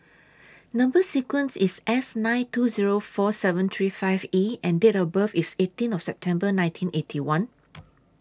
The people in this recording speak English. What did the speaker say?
Number sequence IS S nine two Zero four seven three five E and Date of birth IS eighteen September nineteen Eighty One